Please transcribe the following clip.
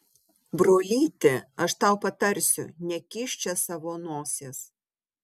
brolyti aš tau patarsiu nekišk čia savo nosies